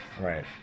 Right